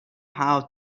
how